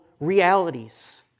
realities